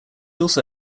also